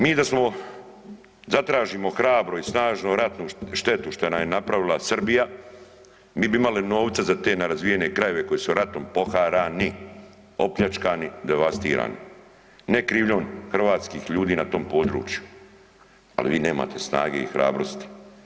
Mi da smo, zatražimo hrabro i snažno ratnu štetu što nam je napravila Srbija mi bi imali novca za te nerazvijene krajeve koji su ratom poharani, opljačkani, devastirani, ne krivnjom hrvatskih ljudi na tom području, ali vi nemate snage i hrabrosti.